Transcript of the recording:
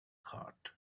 cart